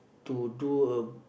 to do a